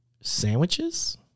sandwiches